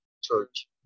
Church